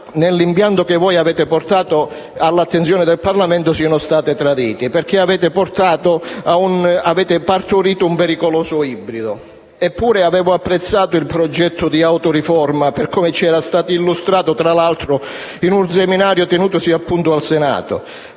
nell'impianto che avete portato all'attenzione del Parlamento, tutto ciò sia stato tradito, perché avete partorito un pericoloso ibrido. Eppure, avevo apprezzato il progetto di autoriforma, per come ci era stato illustrato, tra l'altro, in un seminario tenuto al Senato.